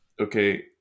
Okay